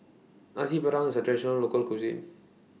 Nasi Padang IS A Traditional Local Cuisine